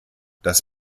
das